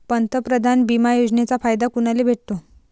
पंतप्रधान बिमा योजनेचा फायदा कुनाले भेटतो?